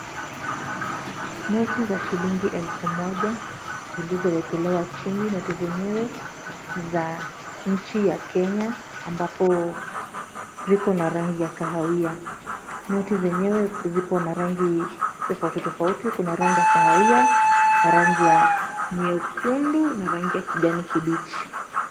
Noti za shilingi elfu moja zilizowekelewa chini noti zenyewe ni za nchi ya Kenya ambapo ziko na rangi ya kahawai noti zenyewe zipo na rangi tofauti tofauti kuna rangi ya kahawai na rangi ya nyekundu na rangi ya kijani kibichi.